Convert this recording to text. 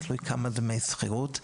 כמה דמי השכירות,